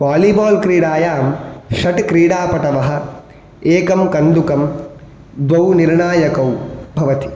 volleyball क्रीडायां षट् क्रीडापटवः एकं कन्दुकं द्वौ निर्णाकौ भवति